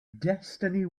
destiny